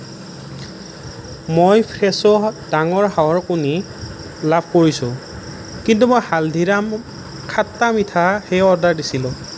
মই ফ্ৰেছো ডাঙৰ হাঁহৰ কণী লাভ কৰিছোঁ কিন্তু মই হালদিৰাম খট্টা মিঠা হে অৰ্ডাৰ দিছিলোঁ